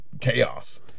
chaos